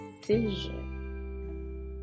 decision